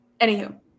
Anywho